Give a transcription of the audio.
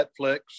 Netflix